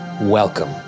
welcome